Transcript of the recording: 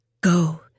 Go